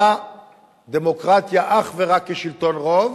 שמגדירה דמוקרטיה אך ורק כשלטון רוב,